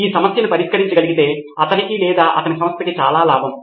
ఈ సమస్యను పరిష్కరించగలిగితే అతనికి లేదా అతని సంస్థకి చాలా లాభం